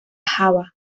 java